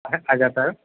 হ্যাঁ হাজার টাকা